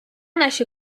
наші